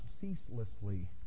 ceaselessly